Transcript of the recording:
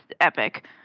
epic